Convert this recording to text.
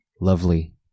lovely